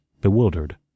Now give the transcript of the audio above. bewildered